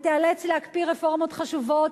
ותיאלץ להקפיא רפורמות חשובות